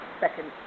second